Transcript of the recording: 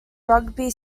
rugby